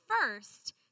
first